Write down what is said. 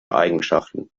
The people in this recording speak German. eigenschaften